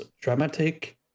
dramatic